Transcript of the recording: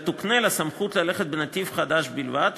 אלא תוקנה לה סמכות ללכת בנתיב חדש בלבד,